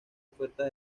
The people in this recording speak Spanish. ofertas